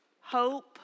hope